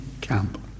camp